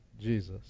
Jesus